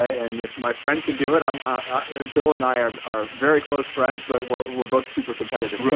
and if my friend can do it um ah bill and i are are very close friends. but we're we're both super competitive.